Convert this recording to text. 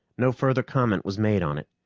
no further comment was made on it,